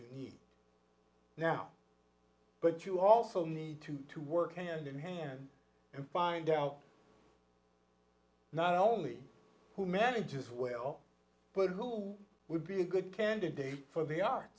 need now but you also need to work hand in hand and find out not only who manages well but who would be a good candidate for the ar